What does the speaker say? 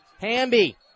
Hamby